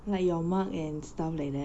like your mug and stuff like that